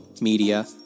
media